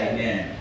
Amen